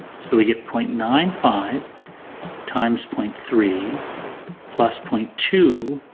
so we get point nine five times point three plus point two.